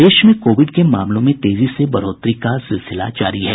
प्रदेश में कोविड के मामलों में तेजी से बढ़ोतरी का सिलसिला जारी है